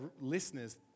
listeners